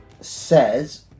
says